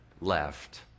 left